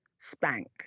Spank